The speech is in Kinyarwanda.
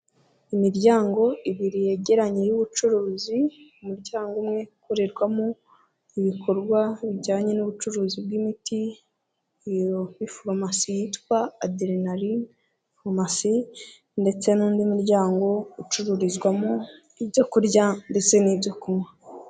Imiryango ibiri yegeranye y'ubucuruzi, umuryango umwe ukorerwamo ibikorwa bijyanye n'ubucuruzi bw'imiti, iyo ni farumasi yitwa Adrenaline Pharmacy, ndetse n'undi muryango ucururizwamo ibyo kurya ndetse n'ibyo kunywa.